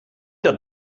der